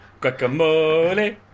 Guacamole